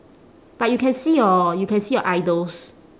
but you can see your you can see your idols